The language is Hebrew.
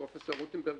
פרופ' רוטנברג,